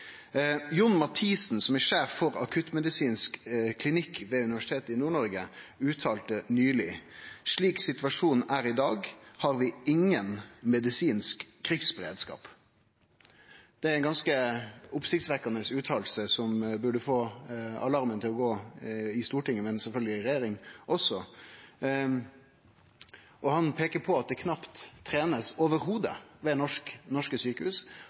Jon Mathisen, som er sjef for Akuttmedisinsk klinikk ved Universitetssjukehuset i Nord-Noreg, uttalte nyleg: «Slik situasjonen er i dag, har vi ingen medisinsk krigsberedskap.» Det er ei ganske oppsiktsvekkjande utsegn som burde få alarmen til å gå i Stortinget, men sjølvsagt også i regjeringa. Han peiker på at det knapt vert trent i det heile ved norske